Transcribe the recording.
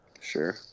Sure